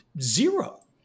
zero